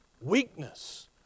Weakness